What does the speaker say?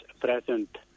present